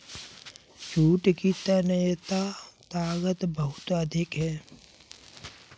jute की तन्यता ताकत बहुत अधिक है